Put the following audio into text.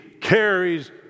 carries